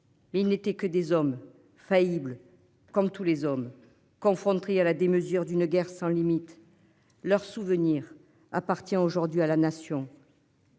Ils n'étaient que des hommes faillibles. Comme tous les hommes confrontés à la démesure d'une guerre sans limite leurs souvenirs appartient aujourd'hui à la nation.